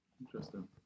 Interesting